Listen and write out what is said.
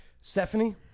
Stephanie